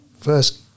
first